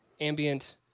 ambient